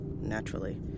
naturally